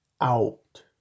out